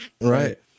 Right